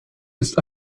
ist